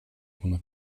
buna